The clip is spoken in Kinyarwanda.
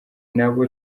nabo